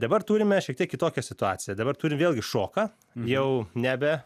dabar turime šiek tiek kitokią situaciją dabar turim vėlgi šoką jau nebe